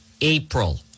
April